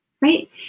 Right